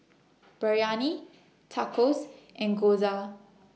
Biryani Tacos and Gyoza